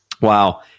wow